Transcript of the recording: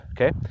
okay